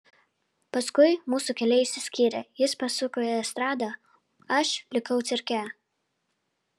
paskui mūsų keliai išsiskyrė jis pasuko į estradą aš likau cirke